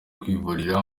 kwivuriza